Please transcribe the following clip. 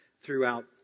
throughout